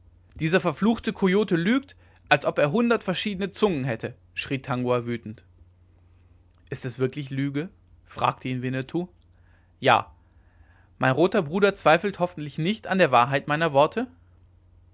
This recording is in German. dieser verfluchte coyote lügt als ob er hundert verschiedene zungen hätte schrie tangua wütend ist es wirklich lüge fragte ihn winnetou ja mein roter bruder winnetou zweifelt hoffentlich nicht an der wahrheit meiner worte